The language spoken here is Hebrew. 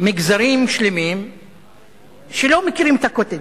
מגזרים שלמים שלא מכירים את ה"קוטג'".